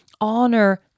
Honor